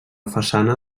façana